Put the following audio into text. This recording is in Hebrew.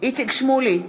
איציק שמולי,